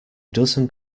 dozen